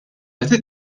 għandha